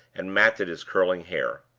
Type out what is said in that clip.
and matted his curling hair.